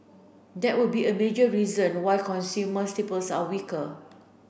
that would be a major reason why consumer staples are weaker